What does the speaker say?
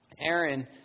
Aaron